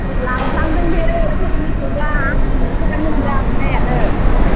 लांफ्लांदों बे सोरनिखौबा आंनि नंखायामोनदां माइयानो